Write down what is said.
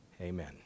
Amen